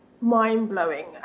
mind-blowing